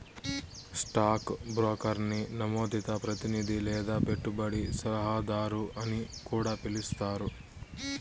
stock బ్రోకర్ని నమోదిత ప్రతినిది లేదా పెట్టుబడి సలహాదారు అని కూడా పిలిస్తారు